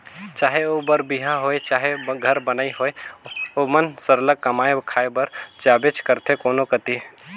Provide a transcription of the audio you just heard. चहे ओ बर बिहा होए चहे घर बनई होए ओमन सरलग कमाए खाए बर जाबेच करथे कोनो कती